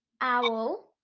owl